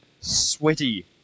sweaty